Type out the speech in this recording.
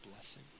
blessing